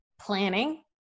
planning